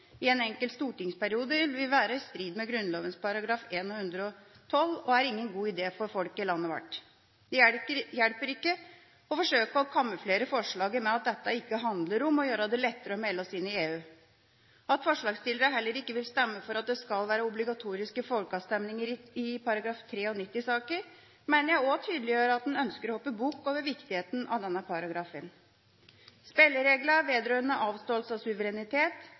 i en enkelt stortingsperiode vil være i strid med Grunnloven §§ 1 og 112 og er ingen god idé for folk i landet vårt. Det hjelper ikke å forsøke å kamuflere forslaget med at dette ikke handler om å gjøre det lettere å melde oss inn i EU. At forslagsstillerne heller ikke vil stemme for at det skal være obligatoriske folkeavstemninger i § 93-saker mener jeg også tydeliggjør at en ønsker å hoppe bukk over viktigheten av denne paragrafen. Spillereglene vedrørende avståelse av suverenitet,